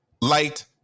light